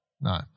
No